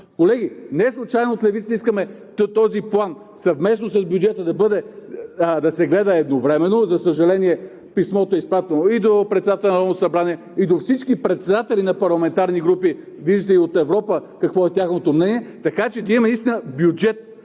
Колеги, неслучайно от левицата искаме този план съвместно с бюджета да се гледа едновременно. За съжаление, писмото е изпратено и до председателя на Народното събрание, и до всички председатели на парламентарни групи, виждате и от Европа какво е тяхното мнение, така че да имаме наистина бюджет,